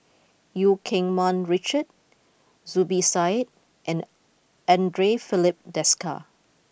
Eu Keng Mun Richard Zubir Said and Andre Filipe Desker